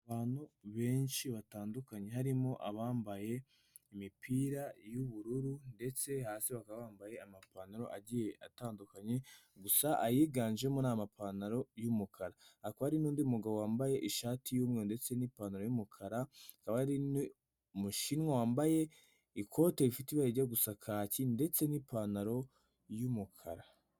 Abantu benshi batandukanye, harimo abambaye imipira y'ubururu ndetse hasi bakaba bambaye amapantaro agiye atandukanye, gusa ayiganjemo ni amapantaro y'umukara, hakaba hari n'undi mugabo wambaye ishati y'umweru ndetse n'ipantaro y'umukara, hakaba hari umushinwa wambaye ikote rifite ibara rijya gusa kaki ndetse n'ipantaro y'umukara.